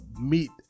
meet